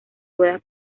ruedas